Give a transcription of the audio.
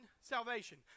salvation